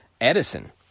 Edison